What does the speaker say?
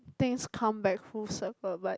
things come back full circle but